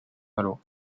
malo